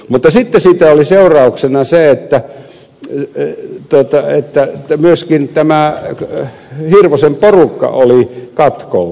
mutta sitten siitä oli seurauksena se että myöskin tämä hirvosen porukka oli katkolla